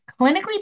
clinically